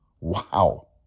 Wow